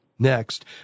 Next